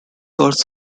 cars